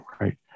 right